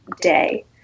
day